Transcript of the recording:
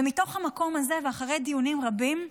ומתוך המקום הזה, ואחרי דיונים רבים,